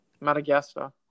Madagascar